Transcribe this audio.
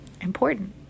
important